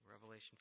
Revelation